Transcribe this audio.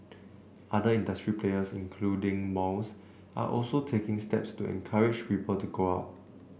other industry players including malls are also taking steps to encourage people to go out